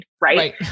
Right